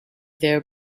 their